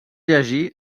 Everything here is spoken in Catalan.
llegir